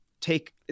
take